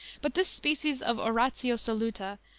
but this species of oratio soluta,